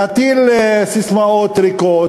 להטיל ססמאות ריקות.